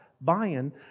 buying